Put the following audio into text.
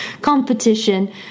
competition